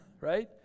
right